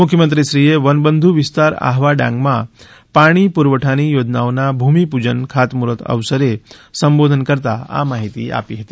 મુખ્યમંત્રીશ્રીએ વનબંધુ વિસ્તાર આહવા ડાંગમાં પાણી પુરવઠાની યોજનાઓના ભૂમિપૂજન ખાતમૂર્ફત અવસરે સંબોધન કરતાં આ માહિતી આપી હતી